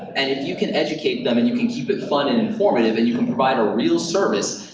and if you can educate them and you can keep it fun and informative and you can provide a real service,